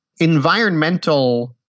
environmental